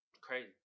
Crazy